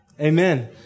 Amen